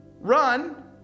Run